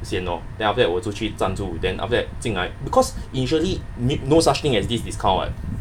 先 lor then after that 我出去站住 then after that 进来 because initially n~ no such thing as this discount [what]